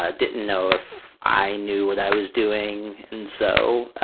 ah didn't know if i knew what i was doing. and so,